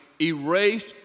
erased